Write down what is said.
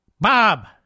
Bob